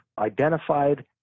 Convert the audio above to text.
identified